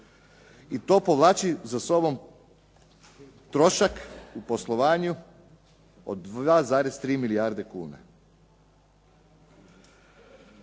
I to povlači za sobom trošak u poslovanju od 2,3 milijarde kuna.